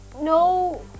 no